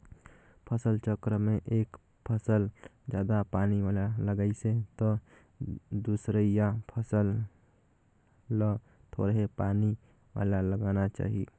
फसल चक्र में एक फसल जादा पानी वाला लगाइसे त दूसरइया फसल ल थोरहें पानी वाला लगाना चाही